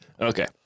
Okay